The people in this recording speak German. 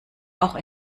auch